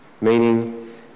meaning